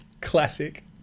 Classic